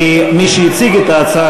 כי מי שהציג את ההצעה,